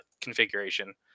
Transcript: configuration